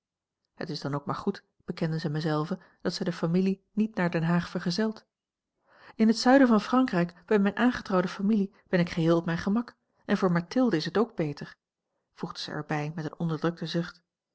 het is dan ook maar goed bekende zij mij zelve dat zij de familie niet naar den haag vergezelt in het zuiden van frankrijk bij mijne aangetrouwde familie ben ik geheel op mijn gemak en voor mathilde is het ook beter voegde zij er bij met een onderdrukten zucht